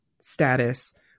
status